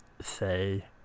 say